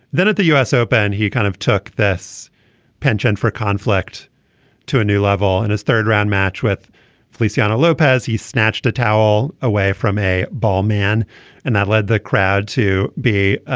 then at the u s. open he kind of took this pension for conflict to a new level in his third round match with feliciano lopez he snatched a towel away from a ball man and that led the crowd to be